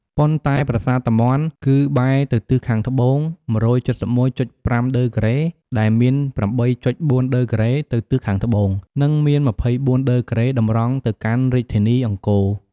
ប៉ុន្តែប្រាសាទតាមាន់ គឺបែរទៅទិសខាងត្បូង ១៧១.៥ ដឺក្រេ ដែលមាន ៨.៤ ដឺក្រេ ទៅទិសខាងត្បូង និង មាន ២៤ ដឺក្រេ តម្រង់ទៅកាន់រាជធានីអង្គរ។